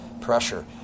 pressure